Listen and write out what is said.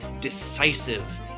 decisive